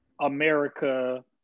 America